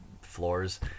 floors